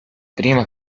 prima